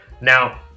now